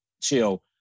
chill